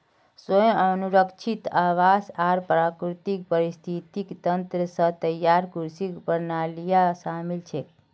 स्व अनुरक्षित आवास आर प्राकृतिक पारिस्थितिक तंत्र स तैयार कृषि प्रणालियां शामिल छेक